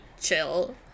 chill